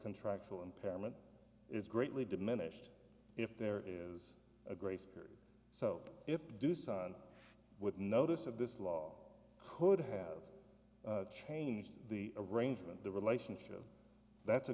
contractual impairment is greatly diminished if there is a grace period so if dusan with notice of this law could have changed the arrangement the relationship that's a